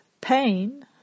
pain